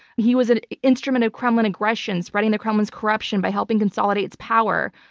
he was an instrument of kremlin aggression, spreading the kremlin's corruption by helping consolidate its power,